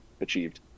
achieved